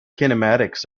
kinematics